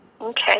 Okay